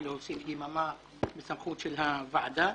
או להוסיף יממה בסמכות הוועדה.